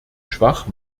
schwach